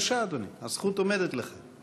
בבקשה, אדוני, הזכות עומדת לך.